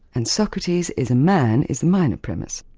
and socrates is a man is the minor premise.